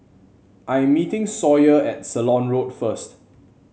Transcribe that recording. I'm meeting Sawyer at Ceylon Road first